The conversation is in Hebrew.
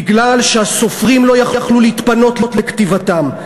בגלל שהסופרים לא יכלו להתפנות לכתיבתם,